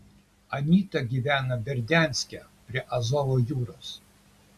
anyta gyveno berdianske prie azovo jūros